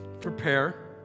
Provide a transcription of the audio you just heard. prepare